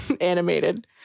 animated